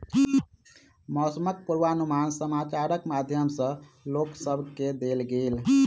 मौसमक पूर्वानुमान समाचारक माध्यम सॅ लोक सभ केँ देल गेल